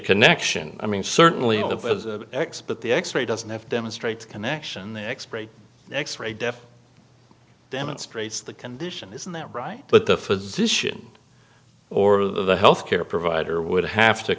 connection i mean certainly if as x but the x ray doesn't have demonstrates connection the expiration x ray death demonstrates the condition isn't that right but the physician or the health care provider would have to